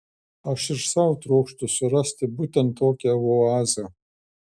aš ir sau trokštu surasti būtent tokią oazę